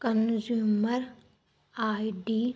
consumer ID